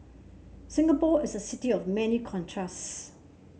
Singapore is a city of many contrasts